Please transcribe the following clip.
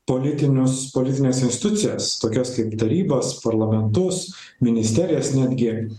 politinius politines institucijas tokias kaip tarybas parlamentus ministerijas netgi